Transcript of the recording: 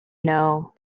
know